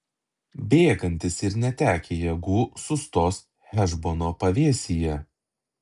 bėgantys ir netekę jėgų sustos hešbono pavėsyje